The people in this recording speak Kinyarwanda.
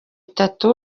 itatu